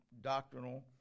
doctrinal